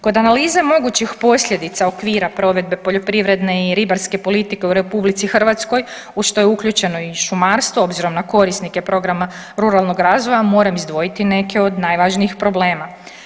Kod analize mogućih posljedica okvira provedbe poljoprivredne i ribarske politike u Republici Hrvatskoj u što je uključeno i šumarstvo obzirom na korisnike programa ruralnog razvoja moram izdvojiti neke od najvažnijih problema.